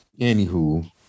Anywho